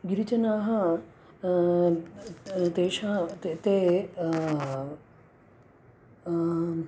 गिरिजनाः तेषां ते ते